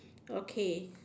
okay